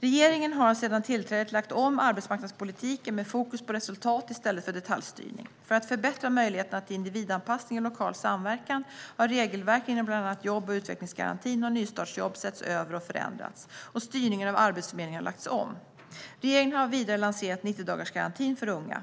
Regeringen har sedan tillträdet lagt om arbetsmarknadspolitiken med fokus på resultat i stället för detaljstyrning. För att förbättra möjligheterna till individanpassning och lokal samverkan har regelverken inom bland annat jobb och utvecklingsgarantin och nystartsjobb setts över och förändrats, och styrningen av Arbetsförmedlingen har lagts om. Regeringen har vidare lanserat 90-dagarsgarantin för unga.